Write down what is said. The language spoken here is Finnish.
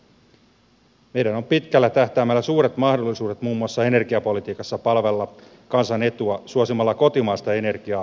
meillä on pitkällä tähtäimellä suuret mahdollisuudet muun muassa energiapolitiikassa palvella kansan etua suosimalla kotimaista energiaa tuontienergian sijaan